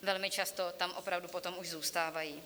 Velmi často tam opravdu potom už zůstávají.